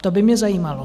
To by mě zajímalo.